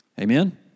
Amen